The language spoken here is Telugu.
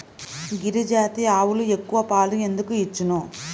గిరిజాతి ఆవులు ఎక్కువ పాలు ఎందుకు ఇచ్చును?